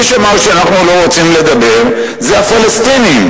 מי שאמר שאנחנו לא רוצים לדבר זה הפלסטינים,